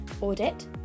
audit